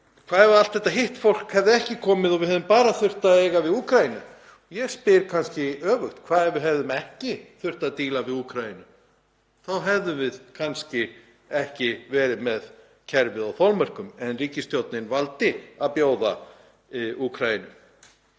Hvað ef allt þetta hitt fólk hefði ekki komið og við hefðum bara þurft að eiga við Úkraínu? Ég spyr þá á móti: Hvað ef við hefðum ekki þurft að díla við Úkraínu? Þá hefðum við kannski ekki verið með kerfið á þolmörkum? En ríkisstjórnin valdi að bjóða Úkraínumönnum